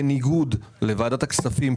בניגוד לוועדת הכספים,